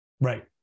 Right